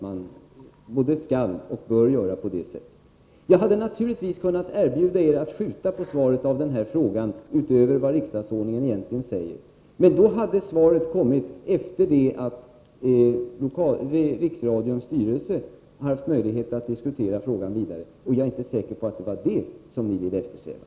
Man skall och bör göra på det sättet. Jag hade naturligtvis kunnat erbjuda er att skjuta på besvarandet av dessa frågor utöver vad riksdagsordningen egentligen säger. Men då hade svaret kommit efter det att Riksradions styrelse har haft möjlighet att diskutera frågan vidare — och jag är inte säker på att det var det ni eftersträvade.